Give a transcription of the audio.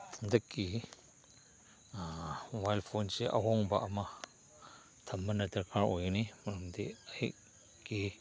ꯍꯟꯗꯛꯀꯤ ꯃꯣꯕꯥꯏꯜ ꯐꯣꯟꯁꯦ ꯑꯍꯣꯡꯕ ꯑꯃ ꯊꯝꯕꯅ ꯗꯔꯀꯥꯔ ꯑꯣꯏꯒꯅꯤ ꯃꯔꯝꯗꯤ ꯑꯩꯒꯤ